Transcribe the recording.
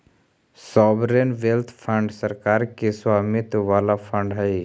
sovereign wealth fund सरकार के स्वामित्व वाला फंड हई